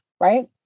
right